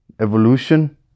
evolution